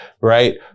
right